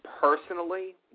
personally